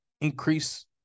increase